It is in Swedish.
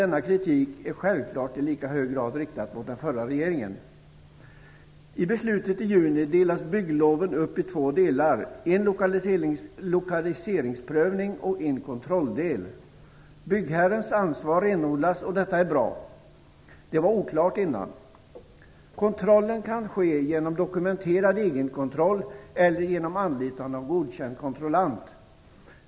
Denna kritik är självklart i lika hög grad riktad mot den förra regeringen. I beslutet i juni delades byggloven upp i två delar, en lokaliseringsprövning och en kontrolldel. Byggherrens ansvar renodlas, och detta är bra - det var oklart innan. Kontrollen kan ske genom dokumenterad egenkontroll eller genom anlitande av godkänd kontrollant.